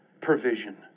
provision